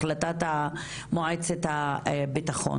החלטת מועצת הביטחון.